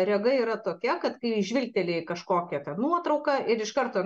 rega yra tokia kad kai žvilgteli į kažkokią nuotrauką ir iš karto